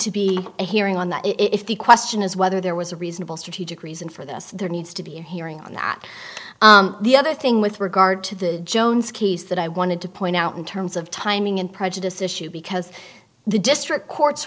to be a hearing on that if the question is whether there was a reasonable strategic reason for this there needs to be a hearing on that the other thing with regard to the jones case that i wanted to point out in terms of timing and prejudice issue because the district court